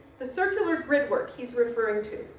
the circular grid work he's referring to,